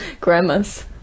Grandma's